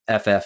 ff